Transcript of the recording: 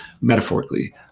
metaphorically